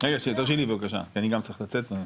תרשה לי בבקשה, כי אני גם צריך לצאת.